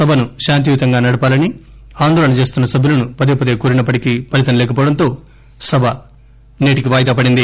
సభను శాంతియుతంగా నడపాలని ఆందోళన చేస్తున్న సభ్యులను పదేపదే కోరినప్పటికీ ఫలితం లేకపోవడంతో సభ సేటికి వాయిదాపడింది